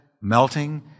melting